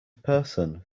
person